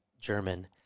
German